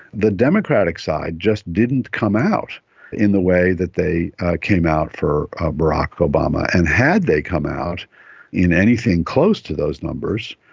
the democratic side just didn't come out in the way that they came out for barack obama. and had they come out in anything close to those numbers,